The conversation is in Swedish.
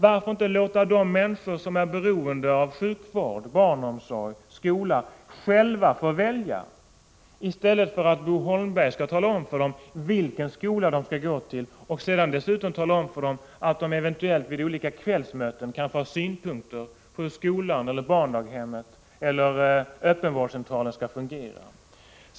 Varför inte låta de människor som är beroende av sjukvård, barnomsorg eller skola själva få välja i stället för att Bo Holmberg skall tala om för dem vilken skola de skall gå till och dessutom tala om för dem att de eventuellt vid olika kvällsmöten kan få ha synpunkter på hur skolan eller barndaghemmet eller öppenvårdscentralen skall fungera?